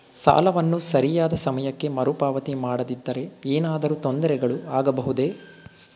ಸಾಲವನ್ನು ಸರಿಯಾದ ಸಮಯಕ್ಕೆ ಮರುಪಾವತಿ ಮಾಡದಿದ್ದರೆ ಏನಾದರೂ ತೊಂದರೆಗಳು ಆಗಬಹುದೇ?